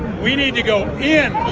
we need to go in